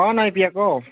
অ' নাইপিয়া ক'